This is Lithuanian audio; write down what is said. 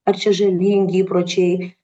ar čia žalingi įpročiai